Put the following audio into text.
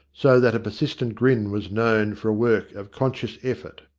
so that a persistent grin was known for a work of conscious effort.